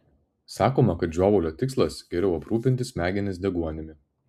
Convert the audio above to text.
sakoma kad žiovulio tikslas geriau aprūpinti smegenis deguonimi